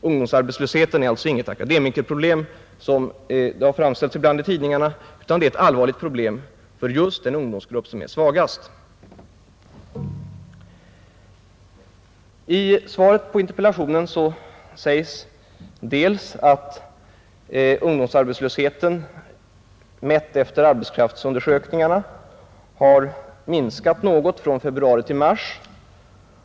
Ungdomsarbetslösheten är alltså inget akademikerproblem, som det har framställts i tidningarna, utan ett allvarligt problem för just den ungdomsgrupp som är svagast. I svaret på interpellationen sägs att ungdomsarbetslösheten, mätt efter arbetskraftsundersökningarna, har minskat något från februari till mars.